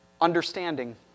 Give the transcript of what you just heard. understanding